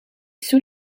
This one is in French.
sous